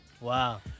Wow